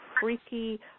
freaky